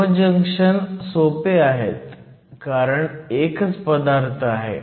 homo junction सोपे आहेत कारण एकच पदार्थ आहे